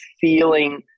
feeling